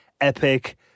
Epic